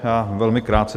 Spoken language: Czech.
Já velmi krátce.